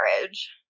marriage